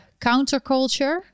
counterculture